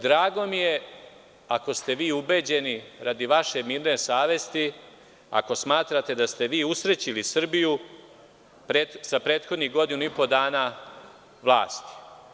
Drago mi je, ako ste vi ubeđeni, radi vaše mirne savesti, ako smatrate da ste vi usrećili Srbiju u prethodnih godinu i po dana vlasti.